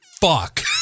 Fuck